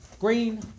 green